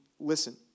Listen